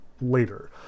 later